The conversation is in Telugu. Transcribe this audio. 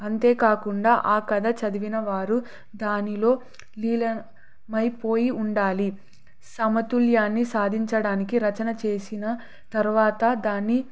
అంతేకాకుండా ఆ కథ చదివిన వారు దానిలో లీలమైపోయి ఉండాలి సమతుల్యాన్ని సాధించడానికి రచన చేసిన తర్వాత దాన్ని